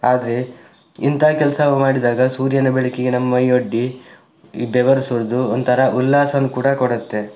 ಆದರೆ ಇಂಥ ಕೆಲಸ ಮಾಡಿದಾಗ ಸೂರ್ಯನ ಬೆಳಕಿಗೆ ನಮ್ಮ ಮೈಯೊಡ್ಡಿ ಬೆವರು ಸುರಿದು ಒಂಥರ ಉಲ್ಲಾಸವನ್ನು ಕೂಡ ಕೊಡುತ್ತೆ